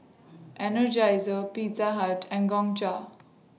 Energizer Pizza Hut and Gongcha